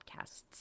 Podcasts